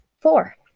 Four